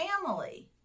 family